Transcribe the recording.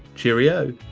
cherry o.